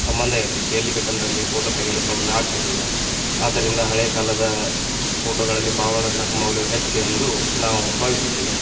ಸಂಬಂಧ ಇರ್ತಿತ್ತು ಎಲ್ಲಿ ಬೇಕಂದರಲ್ಲಿ ಫೋಟೋ ತೆಗೆದುಕೊಳ್ಳಲು ಆಗ್ತಿರಲಿಲ್ಲ ಆದ್ದರಿಂದ ಹಳೆಯ ಕಾಲದ ಫೋಟೋಗಳಲ್ಲಿ ಭಾವನಾತ್ಮಕ ಮೌಲ್ಯವು ಹೆಚ್ಚು ಎಂದು ನಾವು ಭಾವಿಸುತ್ತೇವೆ